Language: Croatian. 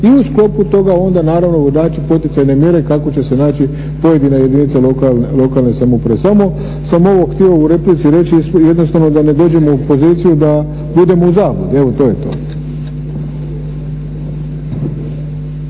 i u sklopu toga onda naravno naznačiti poticajne mjere kako će se naći pojedina jedinica lokalne samouprave. Samo ovo sam htio u replici reći jednostavno da ne dođemo u poziciju da budemo u zabludi. Evo, to je to.